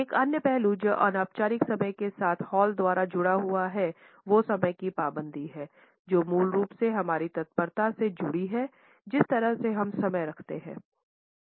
एक अन्य पहलू जो अनौपचारिक समय के साथ हॉल द्वारा जुड़ा हुआ है वो समय की पाबंदी है जो मूल रूप से हमारी तत्परता से जुड़ी है जिस तरह से हम समय रखते हैं